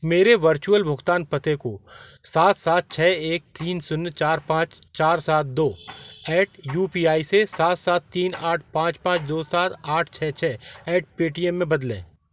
मेरे वर्चुअल भुगतान पते को सात सात छः एक तीन शून्य चार पाँच चार सात दो at the rate U P I से सात सात तीन आठ पाँच पाँच दो सात आठ छः छः एट द रेट पेटीएम में बदलें